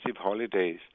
holidays